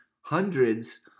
hundreds